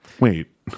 Wait